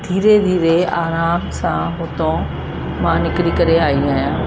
धीरे धीरे आराम सां हुतऊं मां निकिरी करे आई आहियां